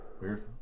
Weird